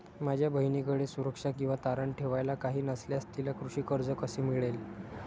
माझ्या बहिणीकडे सुरक्षा किंवा तारण ठेवायला काही नसल्यास तिला कृषी कर्ज कसे मिळेल?